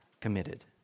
committed